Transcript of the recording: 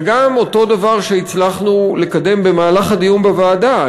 וגם אותו דבר שהצלחנו לקדם במהלך הדיון בוועדה,